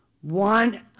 one